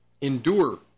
endure